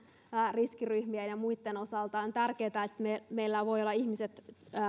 riskiryhmien ja muitten osalta on tärkeätä että meillä voivat ihmiset